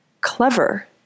clever